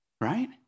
Right